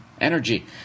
Energy